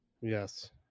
Yes